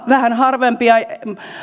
vähän harvempia